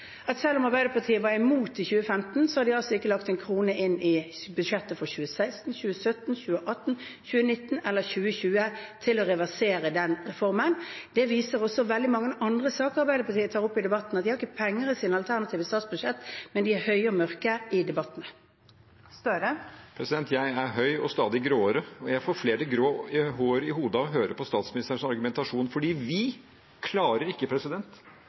at selv om Arbeiderpartiet var imot det i 2015, la de ikke inn en krone i budsjettene for 2016, 2017, 2018, 2019 og 2020 til å reversere den reformen. Det viser også veldig mange andre saker Arbeiderpartiet tar opp i debatten. De har ikke penger i sine alternative statsbudsjetter, men de er høye og mørke i debattene. Jonas Gahr Støre – til oppfølgingsspørsmål. Jeg er høy – og stadig gråere! Og jeg får flere grå hår i hodet av å høre på statsministerens argumentasjon, for vi klarer ikke